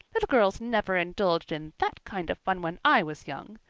little girls never indulged in that kind of fun when i was young.